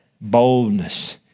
Boldness